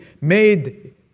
made